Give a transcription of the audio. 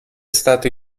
stato